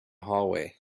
hallway